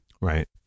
right